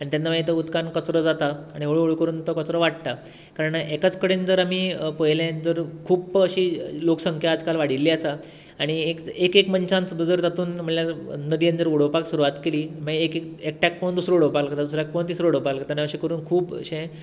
आनी तेन्ना मागीर तो उदकांत कचरो जाता आनी हळूहळू करून तो कचरो वाडटा कारण एकाच कडेन जर आमी पळयलें जर खूब्ब अशी लोकसंख्या आयज काल वाडील्ली आसा आनी एक एक मनश्यान सुद्दां जर तातूंत म्हणल्यार नदयेंत जर उडोवपाक सुरवात केली मागीर एकट्याक पळोवन दुसरो उडोवपाक लागता दुसऱ्याक पळोवन तिसरो उडोवपाक लागता आनी अशें करून खूब अशें